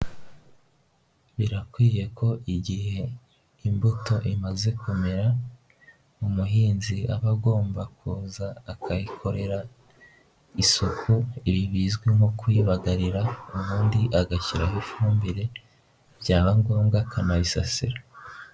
Birakwiye ko igihe imbuto imaze kumera, mu muhinzi aba agomba kuza akayikorera isuku, ibi bizwi nko kuyibagarira, ubundi agashyiraho ifumbire, byaba ngombwa akanayisasira.